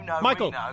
michael